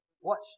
Watch